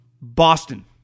Boston